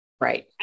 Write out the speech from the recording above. Right